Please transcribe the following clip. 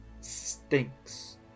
stinks